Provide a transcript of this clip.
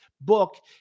book